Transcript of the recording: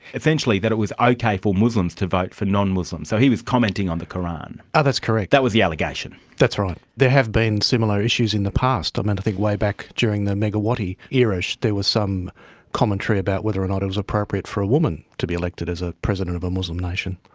essentially that it was okay for muslims to vote for non-muslims. so he was commenting on the qur'an. ah that was the allegation. that's right. there have been similar issues in the past. um and to think way back during the megawati era there was some commentary about whether or not it was appropriate for a woman to be elected as a president of a muslim nation.